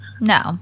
no